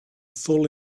full